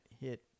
hit